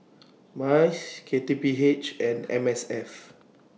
Mice K T P H and M S F